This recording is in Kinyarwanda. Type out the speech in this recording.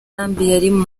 yari